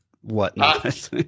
whatnot